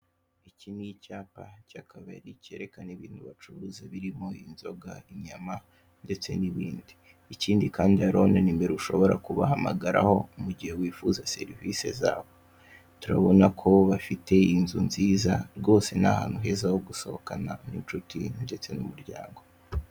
Iki ni icyapa cyakabaye ari ikerekana ibintu bacuruza birimo inzoga, inyama ndetse n'ibindi ikindi kandi hariho na nimero ushobora kubahamagaraho mugihe wifuza serivise zabo turabona ko bafite inzu nziza rwose ni ahantu heza ho gusohokana n'inshuti ndetse n'umuryango.